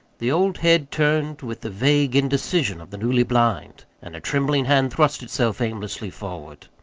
the old head turned with the vague indecision of the newly blind, and a trembling hand thrust itself aimlessly forward.